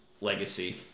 legacy